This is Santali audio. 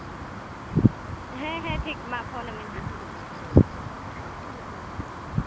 ᱦᱮᱸ ᱦᱮᱸ ᱴᱷᱤᱠ ᱢᱟ ᱯᱷᱳᱱᱟᱢᱟᱹᱧ ᱦᱟᱸᱜ